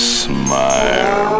smile